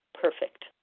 perfect